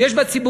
ויש בה ציבורים,